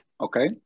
Okay